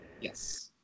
Yes